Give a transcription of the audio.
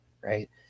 right